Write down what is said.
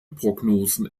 prognosen